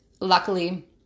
luckily